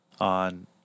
on